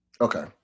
Okay